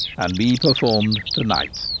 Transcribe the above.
and be perform'd to-night.